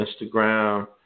Instagram